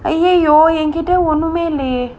!aiyoyo! என் கிட்ட ஒன்னுமே இல்லையே:en kitta onnume illaye